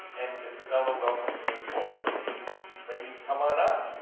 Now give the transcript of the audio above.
and isabella willkomm, grade four, so can you ladies come on ah